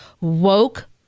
woke